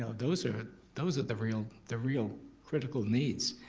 those are those are the real the real critical needs.